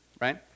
right